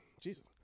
Jesus